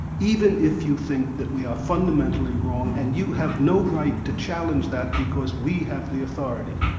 even if you think that we are fundamentally wrong and you have no right to challenge that, because we have the authority.